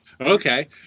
Okay